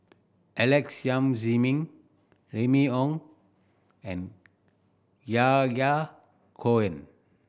Alex Yam Ziming Remy Ong and Yahya Cohen